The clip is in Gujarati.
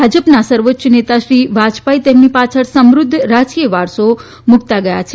ભાજપના સર્વોચ્ય નેતા શ્રી વાજપાઇ તેમની પાછળ સમુધ્ધ વારસો મુકીને ગયા છે